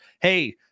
hey